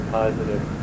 positive